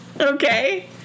Okay